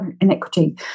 inequity